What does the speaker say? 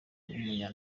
w’umunya